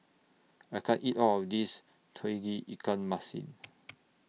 I can't eat All of This Tauge Ikan Masin